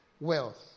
wealth